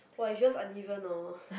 !wah! if yours uneven hor